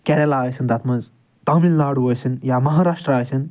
کیرَلا ٲسِن تَتھ مَنٛز تامِل ناڈوٗ ٲسِن یا مہاراشٹرٛا ٲسِن